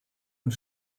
und